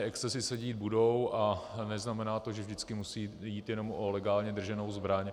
Excesy se dít budou a neznamená to, že vždycky musí jít jenom o legálně drženou zbraň.